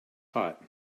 hot